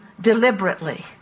deliberately